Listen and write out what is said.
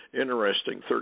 interesting